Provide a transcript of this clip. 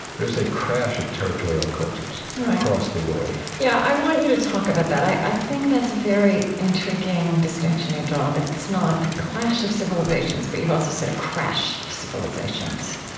there's a crash of territorial cultures across the world right. yeah. i want you to talk about that. i i think that's a very intriguing distinction you draw that it's not a clash of civilizations, but you've also said a crash of civilizations.